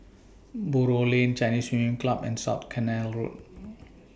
Buroh Lane Chinese Swimming Club and South Canal Road